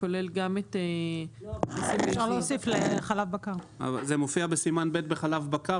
כולל גם --- זה מופיע בסימן ב' בחלב בקר,